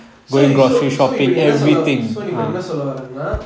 so if so so இப்ப நீ என்ன:ippa nee enna sollaw~ so இப்ப நீ என்ன சொல்ல வாரனா:ippa nee enna solla vaaranaa